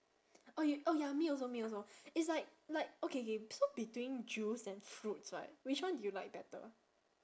oh you oh ya me also me also it's like like okay K so between juice and fruits right which one do you like better